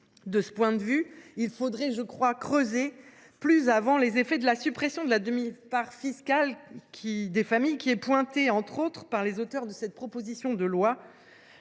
De ce point de vue, il faudrait creuser plus avant les effets de la suppression de la demi part fiscale des familles, pointée par les auteurs de cette proposition de loi,